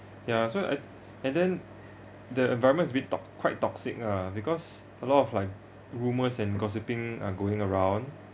yeah so I and then the environment has been tox~ quite toxic ah because a lot of like rumors and gossiping are going around